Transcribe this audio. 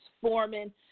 Foreman